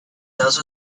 those